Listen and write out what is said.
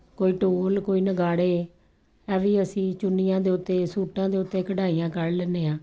ਕੋਈ ਢੋਲ ਕੋਈ ਨਗਾੜੇ ਐਵੇਂ ਹੀ ਅਸੀਂ ਚੁੰਨੀਆਂ ਦੇ ਉੱਤੇ ਸੂਟਾਂ ਦੇ ਉੱਤੇ ਕਢਾਈਆਂ ਕੱਢ ਲੈਂਦੇ ਹਾਂ